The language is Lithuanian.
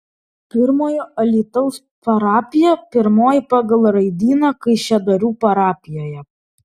pirmojo alytaus parapija pirmoji pagal raidyną kaišiadorių parapijoje